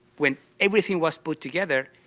when everything was put together,